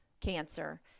cancer